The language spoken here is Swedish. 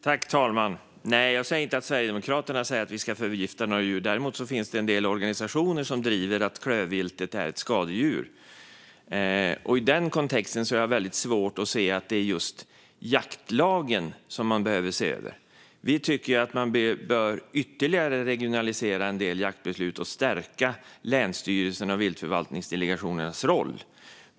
Fru talman! Nej, jag säger inte att Sverigedemokraterna säger att vi ska förgifta några djur. Däremot finns det en del organisationer som driver att klövviltet är ett skadedjur. I den kontexten har jag väldigt svårt att se att det är just jaktlagen som man behöver se över. Vi tycker att man ytterligare bör regionalisera en del jaktbeslut och stärka länsstyrelsernas och viltförvaltningsdelegationernas roll.